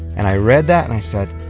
and i read that and i said,